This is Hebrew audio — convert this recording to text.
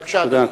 בבקשה, אדוני.